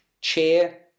chair